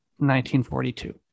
1942